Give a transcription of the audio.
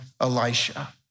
Elisha